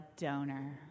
donor